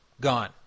gone